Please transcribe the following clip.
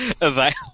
available